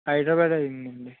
హైదరాబాదే అయ్యిందండి